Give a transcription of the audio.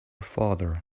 father